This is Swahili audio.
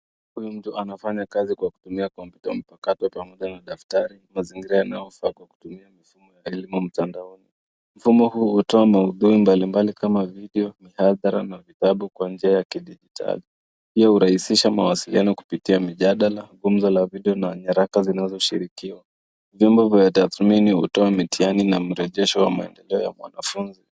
Huyu mtu anafanya kazi kwa kutumia kompyuta mpakato pamoja na daftari, mazingira yanayofaa kwa kutumia mifumo ya elimu mtandaoni. Mfumo huu hutoa maudhui mbalimbali kama video , mihadhara na vitabu kwa njia ya kidijitali. Pia hurahisisha mawasiliano kupitia mijadala, gumzo la video , na nyaraka zinazoshirikiwa . Vyombo vya tathmini hutoa mitihani na mrejesho ya maedeleo ya mwanafunzi.